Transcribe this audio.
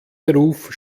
beruf